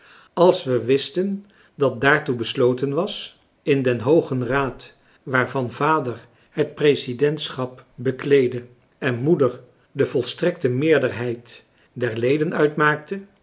als we wisten dat daartoe besloten was in den hoogen raad waarvan vader het presidentschap bekleedde en moeder de volstrekte meerderheid der leden uitmaakte